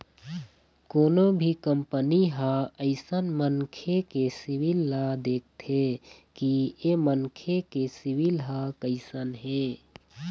कोनो भी कंपनी ह अइसन मनखे के सिविल ल देखथे कि ऐ मनखे के सिविल ह कइसन हे